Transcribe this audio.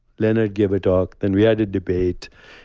leonard gave a talk. then we had a debate.